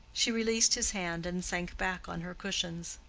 she released his hand and sank back on her cushions.